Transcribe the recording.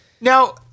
Now